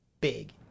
big